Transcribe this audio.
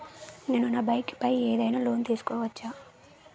నేను నా బైక్ పై ఏదైనా లోన్ తీసుకోవచ్చా?